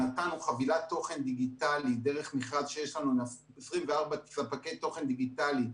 נתנו חבילת תוכן דיגיטלי דרך מכרז שיש לנו עם 24 ספקי תוכן דיגיטלי.